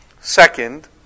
Second